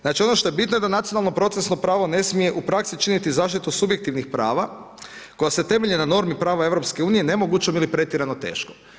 Znači ono što je bitno da nacionalno procesno pravo ne smije u praksi činiti zaštitu subjektivnih prava koja se temelje na normi prava EU nemogućom ili pretjerano teškom.